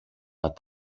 but